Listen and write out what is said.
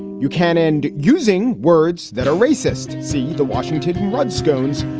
you can end using words that are racist. see the washington redskins,